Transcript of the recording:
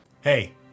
Hey